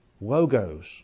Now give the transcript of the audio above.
logos